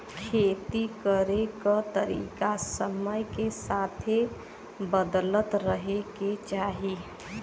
खेती करे के तरीका समय के साथे बदलत रहे के चाही